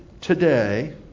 today